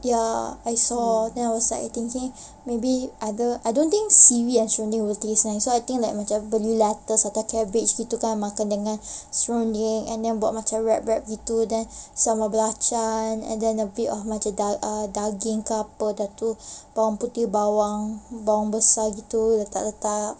ya I saw then I was like thinking maybe I don't I don't think seaweed and serunding will taste nice so I think macam beli lettuce atau cabbage gitu kan serunding and then buat macam wrap wrap gitu then sambal belacan and then a bit of macam daging ke apa dah tu bawang putih bawang bawang besar gitu letak letak